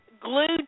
glued